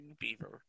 Beaver